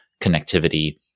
connectivity